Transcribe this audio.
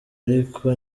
ariko